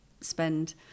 spend